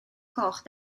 coch